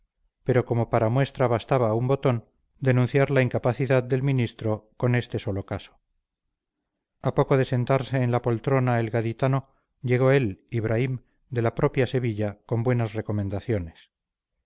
pero como para muestra bastaba un botón denunciarla la incapacidad del ministro con este solo caso a poco de sentarse en la poltrona el gaditano llegó él ibraim de la propia sevilla con buenas recomendaciones